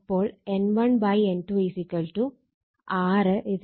അപ്പോൾ N1 N2 6 V1 V2 ആണ്